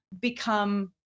become